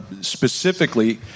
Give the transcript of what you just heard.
specifically